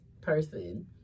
person